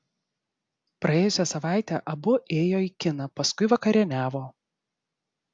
praėjusią savaitę abu ėjo į kiną paskui vakarieniavo